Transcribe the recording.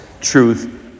truth